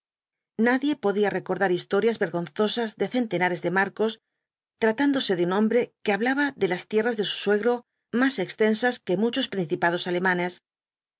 nadie podía recordar historias vergonzosas de centenares de marcos tratándose de un hombre que hablaba de las tierras de su suegro más extensas que muchos principados alemanes